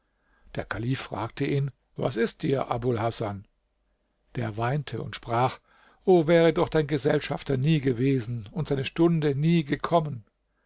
der kalif fragte ihn was ist dir abul hasan der weinte und sprach o wäre doch dein gesellschafter nie gewesen und seine stunde nie gekommen